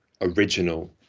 original